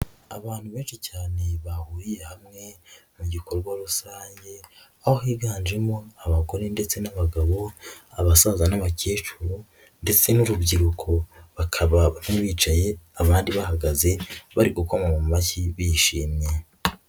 Abantu benshi cyane bahuriye hamwe mu gikorwa rusange aho higanjemo abagore ndetse n'abagabo, abasaza n'abakecuru ndetse n'urubyiruko bakaba bicaye abandi bahagaze bari gukoma mu mashyi bishimye.